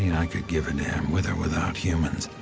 you know i could give a damn, with or without humans.